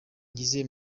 ngize